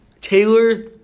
Taylor